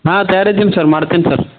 ನಾನು ತಯಾರಿದೀನಿ ಸರ್ ಮಾಡ್ತೀನಿ ಸರ್